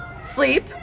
Sleep